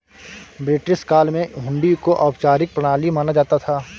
British काल में हुंडी को औपचारिक प्रणाली माना जाता था